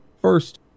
First